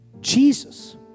Jesus